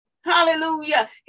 Hallelujah